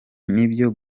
n’ibyo